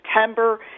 September